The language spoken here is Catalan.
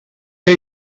què